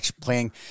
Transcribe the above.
playing